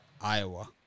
Iowa